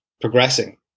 progressing